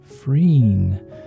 freeing